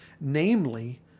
namely